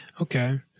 okay